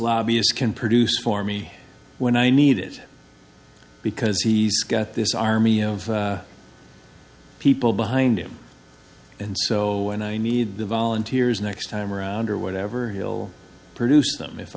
lobbyist can produce for me when i need it because he's got this army of people behind him and so when i need the volunteers next time around or whatever he'll produce them if